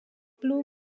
blue